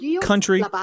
country